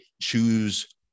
choose